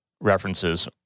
references